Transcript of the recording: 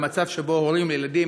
במצב שבו הורים לילדים